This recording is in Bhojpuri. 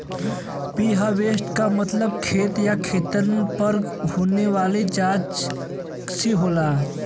प्रीहार्वेस्ट क मतलब खेत या खेतन पर होने वाली जांच से होला